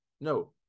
no